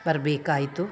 ಬರ್ಬೇಕಾಯಿತು